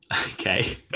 Okay